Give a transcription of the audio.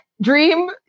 dream